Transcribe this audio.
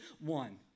one